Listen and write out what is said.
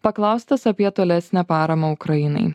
paklaustas apie tolesnę paramą ukrainai